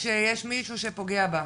כשיש מישהו שפוגע בה,